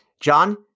John